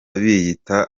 biyita